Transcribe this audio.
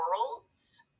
worlds